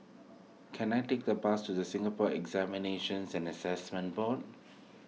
can I take the bus to the Singapore Examinations and Assessment Board